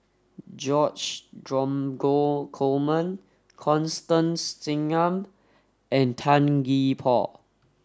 George Dromgold Coleman Constance Singam and Tan Gee Paw